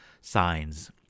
signs